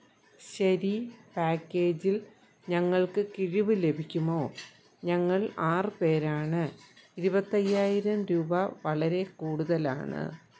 ശരി പാക്കേജിൽ ഞങ്ങൾക്ക് കിഴിവ് ലഭിക്കുമോ ഞങ്ങൾ ആറു പേരാണ് ഇരുപത്തയ്യായിരം രൂപ വളരെ കൂടുതലാണ്